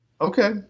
Okay